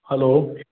hello